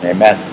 Amen